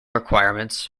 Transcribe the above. requirements